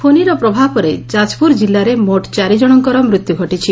ଫୋନିର ପ୍ରଭାବରେ ଯାଜପୁର ଜିଲ୍ଲାରେ ମୋଟ ଚାରିଜଣଙ୍କର ମୃତ୍ୟୁ ଘଟିଛି